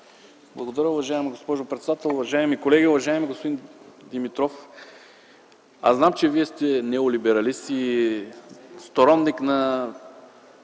Благодаря, госпожо председател. Уважаеми колеги, уважаеми господин Димитров, зная, че Вие сте неолибералист и сторонник на